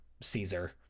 Caesar